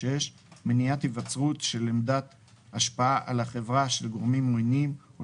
מניעת היווצרות של עמדת השפעה על החברה של גורמים עוינים או